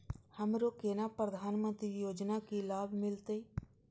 हमरो केना प्रधानमंत्री योजना की लाभ मिलते?